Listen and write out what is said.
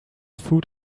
food